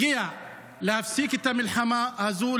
הגיע הזמן להפסיק את המלחמה הזאת,